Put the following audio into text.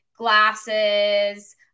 glasses